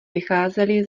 vycházeli